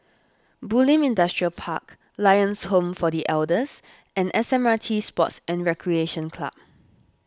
Bulim Industrial Park Lions Home for the Elders and S M R T Sports and Recreation Club